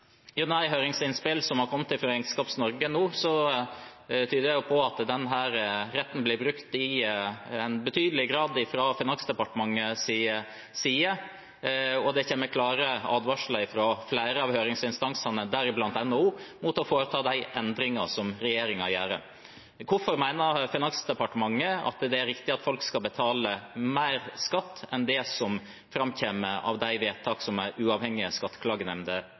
høringsinnspill som har kommet fra Regnskap Norge nå, tyder på at denne retten blir brukt i betydelig grad fra Finansdepartementets side, og det kommer klare advarsler fra flere av høringsinstansene, deriblant NHO, mot å foreta de endringene som regjeringen gjør. Hvorfor mener Finansdepartementet det er riktig at folk skal betale mer skatt enn det som framkommer av de vedtakene som en uavhengig skatteklagenemnd gjør? Dette er